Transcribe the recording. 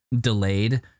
delayed